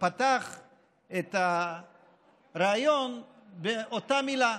פתח את הריאיון באותה מילה,